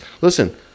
listen